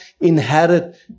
inherit